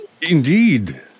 Indeed